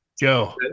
Joe